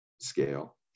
scale